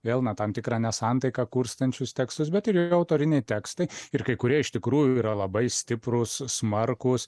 vėl na tam tikrą nesantaiką kurstančius tekstus bet ir jo autoriniai tekstai ir kai kurie iš tikrųjų yra labai stiprūs smarkūs